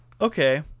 Okay